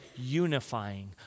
unifying